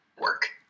work